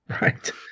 right